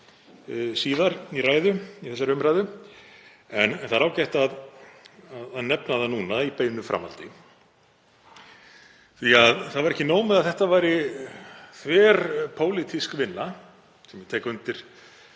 síðar í þessari umræðu en það er ágætt að nefna það núna í beinu framhaldi. Það var ekki nóg með að þetta væri þverpólitísk vinna — og ég tek undir